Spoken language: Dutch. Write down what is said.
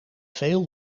veel